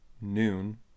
noon